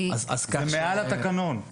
זה מעל התקנון.